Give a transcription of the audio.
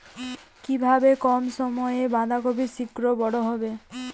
কিভাবে কম সময়ে বাঁধাকপি শিঘ্র বড় হবে?